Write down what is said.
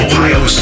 Ohio